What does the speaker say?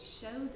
show